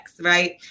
right